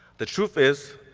the truth is,